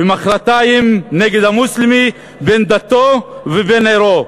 ומחרתיים נגד המוסלמי בן דתו ובן עירו.